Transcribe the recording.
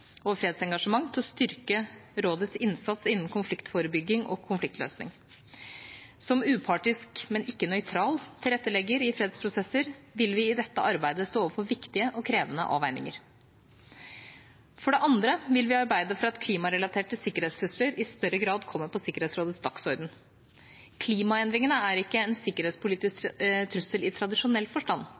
og fredsengasjement til å styrke rådets innsats innen konfliktforebygging og konfliktløsning. Som upartisk, men ikke nøytral, tilrettelegger i fredsprosesser vil vi i dette arbeidet stå overfor viktige og krevende avveininger. For det andre vil vi arbeide for at klimarelaterte sikkerhetstrusler i større grad kommer på Sikkerhetsrådets dagsorden. Klimaendringene er ikke en sikkerhetspolitisk trussel i tradisjonell forstand,